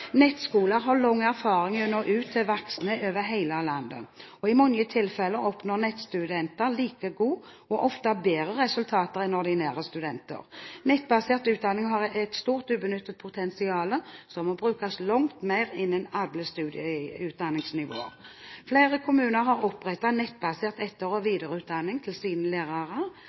Nettskoler har lang erfaring i å nå ut til voksne over hele landet, og i mange tilfeller oppnår nettstudenter like gode, og ofte bedre, resultater enn ordinære studenter. Nettbasert utdanning har et stort ubenyttet potensial, som må brukes langt mer innen alle utdanningsnivåer. Flere kommuner har opprettet nettbasert etter- og videreutdanning til sine lærere.